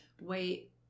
wait